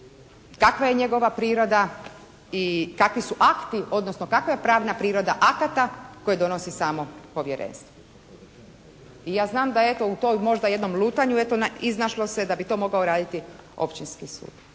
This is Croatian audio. Kakva je njegova priroda i kakvi su akti odnosno kakva je pravna priroda akata koje donosi samo Povjerenstvo? I ja znam da eto u tom možda jednom lutanju eto iznašlo se da bi to mogao raditi Općinski sud.